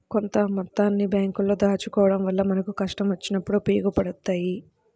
కొంత మొత్తాన్ని బ్యేంకుల్లో దాచుకోడం వల్ల మనకు కష్టం వచ్చినప్పుడు ఉపయోగపడతయ్యి